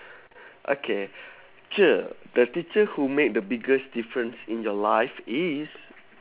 okay cher the teacher who make the biggest difference in your life is